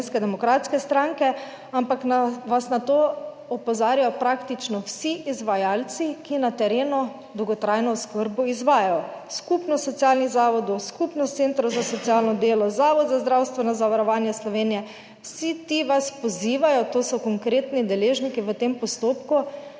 in Slovenske demokratske stranke, ampak vas na to opozarjajo praktično vsi izvajalci, ki na terenu dolgotrajno oskrbo izvajajo; Skupnost socialnih zavodov, Skupnost centrov za socialno delo, Zavod za zdravstveno zavarovanje Slovenij - vsi ti vas pozivajo, to so konkretni deležniki v tem postopku,